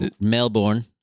Melbourne